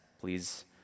Please